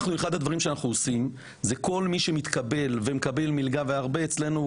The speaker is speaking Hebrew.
אחד הדברים שאנחנו עושים זה שכל מי שמתקבל ומקבל מלגה אצלנו,